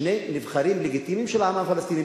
שני נבחרים לגיטימיים של העם הפלסטיני.